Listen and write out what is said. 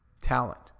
talent